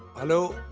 hello,